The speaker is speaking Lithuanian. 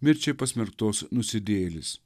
mirčiai pasmerktos nusidėjėlės